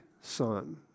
son